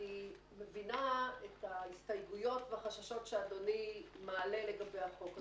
אני מבינה את ההסתייגויות והחששות שאדוני מעלה לגבי החוק הזה.